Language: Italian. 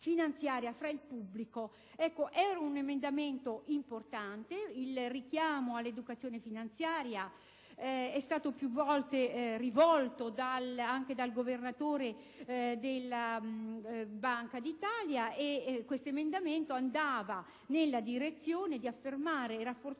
fra il pubblico». Si tratta di un emendamento importante; il richiamo all'educazione finanziaria è stato più volte rivolto anche dal Governatore della Banca d'Italia e il mio emendamento - ripeto - andava nella direzione di affermare e rafforzare